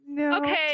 okay